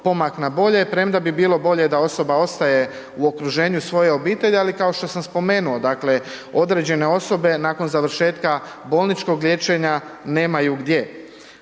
pomak na bolje, premda bi bilo bolje da osoba ostaje u okruženju svoje obitelji, ali kao što sam spomenuo, dakle, određene osobe nakon završetka bolničkog liječenja nemaju gdje.